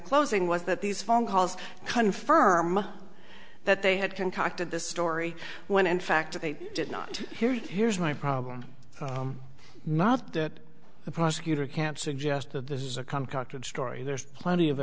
closing was that these phone calls confirm that they had concocted this story when in fact they did not here's here's my problem not that the prosecutor can't suggest that this is a calm collected story there's plenty of